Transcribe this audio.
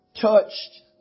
touched